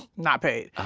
not paid.